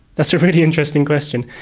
that's a really interesting question.